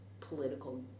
political